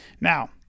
Now